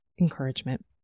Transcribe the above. encouragement